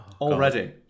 already